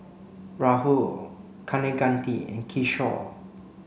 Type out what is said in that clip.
Rahul Kaneganti and Kishore